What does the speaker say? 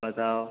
بتاؤ